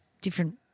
different